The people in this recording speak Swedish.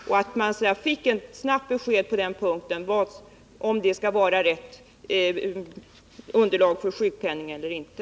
Det är viktigt att man får ett snabbt besked på den punkten, om detta skall vara underlag för sjukpenning eller inte.